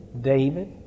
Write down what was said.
David